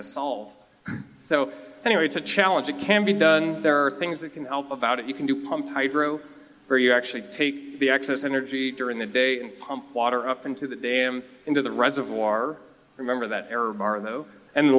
to solve so anyway it's a challenge it can be and there are things that can help about it you can do pump hydro or you actually take the excess energy during the day pump water up into the dam into the reservoir remember that th